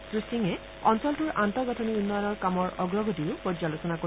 শ্ৰী সিঙে অঞ্চলটোৰ আন্তঃগাঠনি উন্নয়নৰ কামৰ অগ্ৰগতিৰো পৰ্যালোচনা কৰিব